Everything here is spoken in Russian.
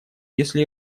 если